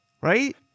Right